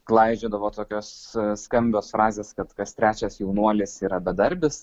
klaidžiodavo tokios skambios frazės kad kas trečias jaunuolis yra bedarbis